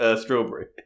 strawberry